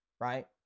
right